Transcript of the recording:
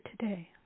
today